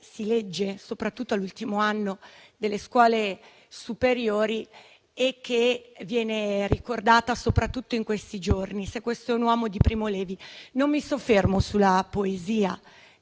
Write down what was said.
si legge soprattutto all'ultimo anno delle scuole superiori e che viene ricordata soprattutto in questi giorni: mi riferisco a "Se questo è un uomo", di Primo Levi. Non mi soffermo sulla poesia